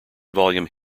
volume